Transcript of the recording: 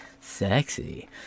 sexy